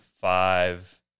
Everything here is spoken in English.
five